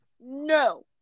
No